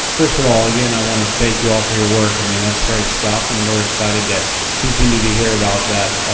first of all, yeah and i want to thank you all for your work. i mean, that's great stuff and we're excited to continue to hear about that,